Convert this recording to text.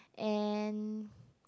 and